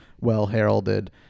well-heralded